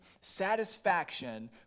satisfaction